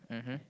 mmhmm